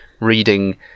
reading